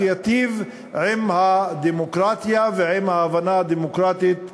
יטיב עם הדמוקרטיה ועם ההבנה הדמוקרטית,